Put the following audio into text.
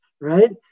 right